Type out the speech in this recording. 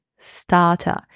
starter